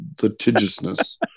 litigiousness